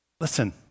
listen